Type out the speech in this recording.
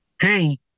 hey